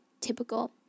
typical